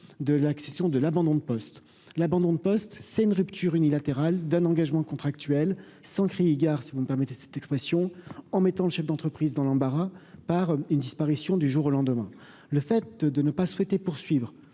de l'accession de l'abandon de poste, l'abandon de poste, c'est une rupture unilatérale d'un engagement contractuel sans crier gare, si vous me permettez cette expression en mettant le chef d'entreprise dans l'embarras par une disparition du jour au lendemain, le fait de ne pas souhaiter poursuivre